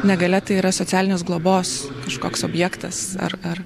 negalia tai yra socialinės globos kažkoks objektas ar ar